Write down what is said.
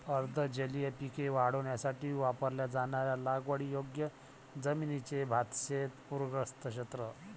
अर्ध जलीय पिके वाढवण्यासाठी वापरल्या जाणाऱ्या लागवडीयोग्य जमिनीचे भातशेत पूरग्रस्त क्षेत्र